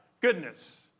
goodness